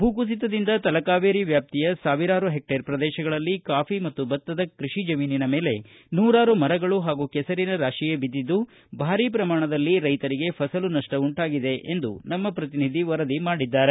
ಭೂಕುಸಿತದಿಂದ ತಲಕಾವೇರಿ ವ್ಯಾಪ್ತಿಯ ಸಾವಿರಾರು ಹೆಕ್ಷೇರ್ ಪ್ರದೇಶಗಳಲ್ಲಿ ಕಾಫಿ ಮತ್ತು ಭತ್ತದ ಕೃಷಿ ಜಮೀನಿನ ಮೇಲೆ ನೂರಾರು ಮರಗಳು ಹಾಗೂ ಕೆಸರಿನ ರಾತಿಯೇ ಬಿದ್ದಿದ್ದು ಭಾರೀ ಪ್ರಮಾಣದಲ್ಲಿ ರೈತರಿಗೆ ಫಸಲು ನಷ್ವ ಉಂಟಾಗಿದೆ ಎಂದು ನಮ್ನ ಪ್ರತಿನಿಧಿ ವರದಿ ಮಾಡಿದ್ದಾರೆ